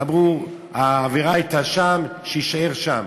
אמרו: העבירה הייתה שם, שיישאר שם.